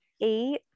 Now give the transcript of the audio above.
eight